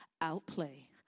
outplay